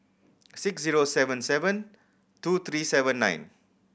six zero seven seven two three seven nine